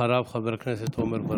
אחריו, חבר הכנסת עמר בר